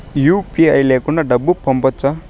UPI లేకుండా డబ్బు పంపొచ్చా